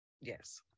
yes